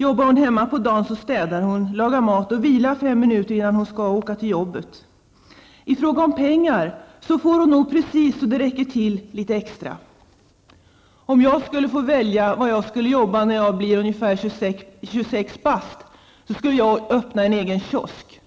Jobbar hon hemma på dagen, så städar hon, lagar mat och vilar 5 minuter innan hon ska åka till jobbet. Ifråga om pengar så får hon nog precis så det räcker till lite extra. -- Om jag skulle få välja var jag skulle jobba när jag blir ungefär 26 bast, så skulle jag öppna en egen kiosk.